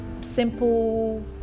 simple